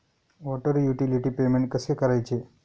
Water utility payment कसे करायचे?